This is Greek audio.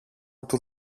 του